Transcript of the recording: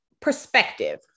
perspective